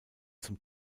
zum